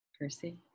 Percy